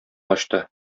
ачты